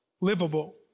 livable